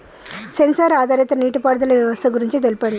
Censor ఆధారిత నీటిపారుదల వ్యవస్థ గురించి తెల్పండి?